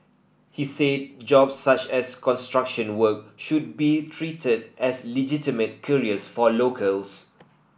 he said jobs such as construction work should be treated as legitimate careers for locals